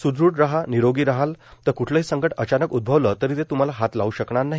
सुदृढ रहा निरोगी रहाल तर क्ठलही संकट अचानक उद्भवलं तरी ते त्म्हाला हात लावू शकणार नाही